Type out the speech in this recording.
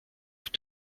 have